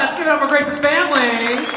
good never grace's family